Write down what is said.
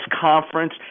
conference